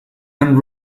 and